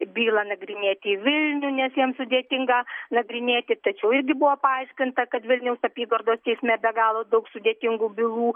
bylą nagrinėt į vilnių nes jiem sudėtinga nagrinėti tačiau irgi buvo paaiškinta kad vilniaus apygardos teisme be galo daug sudėtingų bylų